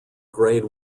grade